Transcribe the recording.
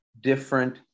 different